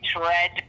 red